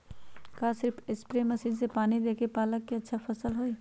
का सिर्फ spray machine से पानी देके पालक के अच्छा फसल होई?